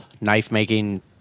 knife-making